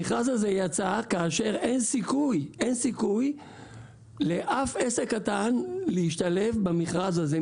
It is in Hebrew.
המכרז הזה יצא כאשר אין סיכוי לאף עסק קטן להשתלב במכרז הזה.